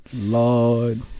Lord